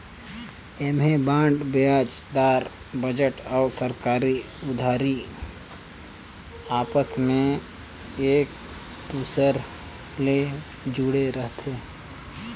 ऐम्हें बांड बियाज दर, बजट अउ सरकारी उधार आपस मे एक दूसर ले जुड़े रथे